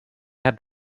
had